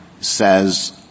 says